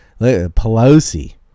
Pelosi